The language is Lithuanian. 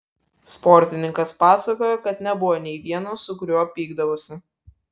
sportininkas pasakojo kad nebuvo nei vieno su kuriuo pykdavosi